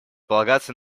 полагаться